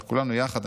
על כולנו יחד,